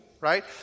right